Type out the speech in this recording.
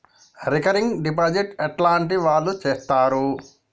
Recurring deposit ఎట్లాంటి వాళ్లు చేత్తరు?